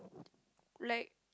like